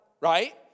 Right